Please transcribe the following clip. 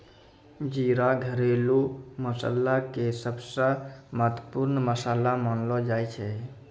जीरा घरेलू मसाला के सबसॅ महत्वपूर्ण मसाला मानलो जाय छै